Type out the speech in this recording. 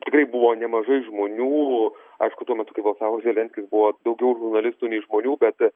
tikrai buvo nemažai žmonių aišku tuo metu kai balsavo zelenskis buvo daugiau žurnalistų nei žmonių bet